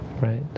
right